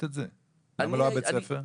למה לא בית הספר?